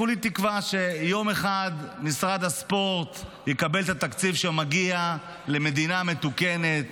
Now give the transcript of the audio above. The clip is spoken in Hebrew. כולי תקווה שיום אחד משרד הספורט יקבל את התקציב שמגיע למדינה מתוקנת